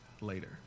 later